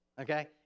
Okay